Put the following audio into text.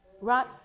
right